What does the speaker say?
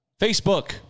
Facebook